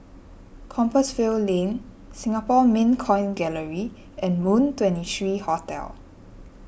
Compassvale Lane Singapore Mint Coin Gallery and Moon twenty three Hotel